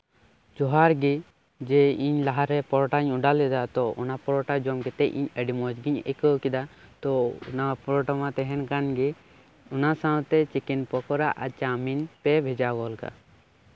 ᱡᱚᱦᱟᱨ ᱜᱮ ᱡᱮ ᱤᱧ ᱞᱟᱦᱟᱨᱮ ᱯᱚᱨᱚᱴᱟᱧ ᱚᱰᱟᱨ ᱞᱮᱫᱟ ᱛᱚ ᱚᱱᱟ ᱯᱚᱨᱚᱴᱟ ᱡᱚᱢ ᱠᱟᱛᱮᱫ ᱤᱧ ᱟᱹᱰᱤ ᱢᱚᱸᱡᱽ ᱜᱤᱧ ᱟᱹᱭᱠᱟᱹᱣ ᱠᱮᱫᱟ ᱛᱚ ᱚᱱᱟ ᱯᱚᱨᱚᱴᱟ ᱢᱟ ᱛᱟᱦᱮᱱ ᱠᱟᱱ ᱜᱮ ᱚᱱᱟ ᱥᱟᱶᱛᱮ ᱪᱤᱠᱮᱱ ᱯᱚᱠᱚᱲᱟ ᱟᱨ ᱪᱟᱣᱢᱤᱱ ᱯᱮ ᱵᱷᱮᱡᱟ ᱜᱚᱫ ᱠᱟᱜᱼᱟ